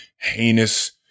heinous